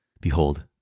Behold